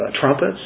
Trumpets